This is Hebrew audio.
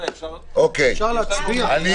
אפשר להצביע?